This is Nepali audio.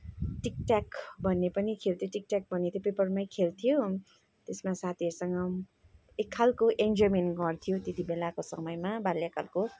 टिकट्याक भन्ने पनि खेल्थ्यौँ टिकट्याक भनेको पेपरमै खेल्थ्यौँ त्यसमा साथीहरूसँग एक खालको इन्जोयमेन्ट गर्थ्यौँ त्यति बेलाको समयमा बाल्यकालको